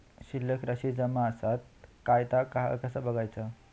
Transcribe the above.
शिल्लक राशी जमा आसत काय ता कसा बगायचा?